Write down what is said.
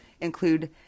include